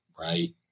right